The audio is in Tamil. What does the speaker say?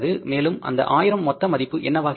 மேலும் அந்த 1000 மொத்த மதிப்பு என்னவாகிறது